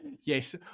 Yes